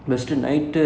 okay